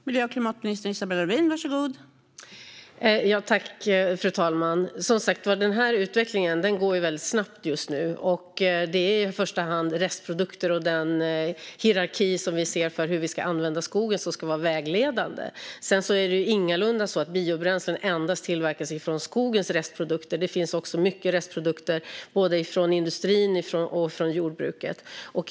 Fru talman! Som sagt var: Den här utvecklingen går snabbt. Det är i första hand restprodukter och den hierarki som vi ser för hur vi ska använda skogen som ska vara vägledande. Sedan tillverkas biobränsle ingalunda endast av skogens restprodukter utan också av restprodukter från både industrin och jordbruket.